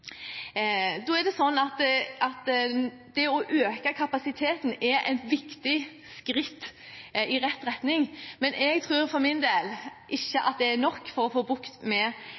Da er det å øke kapasiteten et viktig skritt i rett retning, men jeg tror for min del ikke at det er nok for å få bukt med